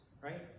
right